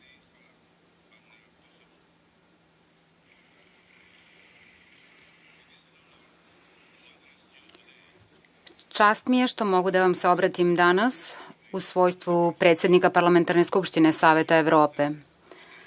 čast mi je što mogu da vam se obratim danas u svojstvu predsednika Parlamentarne skupštine Saveta Evrope.